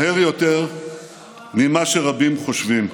מהר יותר ממה שרבים חושבים.